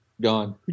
gone